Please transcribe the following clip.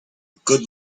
good